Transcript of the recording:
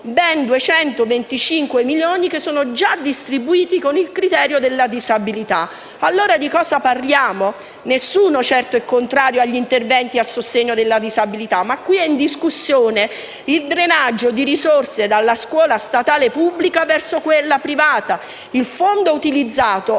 ben 225 milioni che sono già distribuiti con il criterio anche della disabilità. Di cosa parliamo allora? Nessuno è contrario agli interventi a sostegno della disabilità, ma qui è in discussione il drenaggio di risorse dalla scuola statale verso quella privata. Il fondo utilizzato